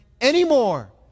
anymore